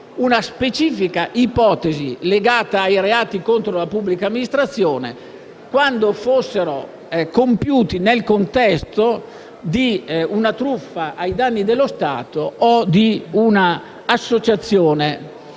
una specifica ipotesi legata ai reati contro la pubblica amministrazione quando questi fossero compiuti nel contesto di una truffa ai danni dello Stato o di una associazione